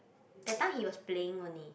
that time he was playing only